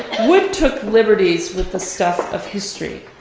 wood took liberties with the stuff of history,